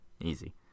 Easy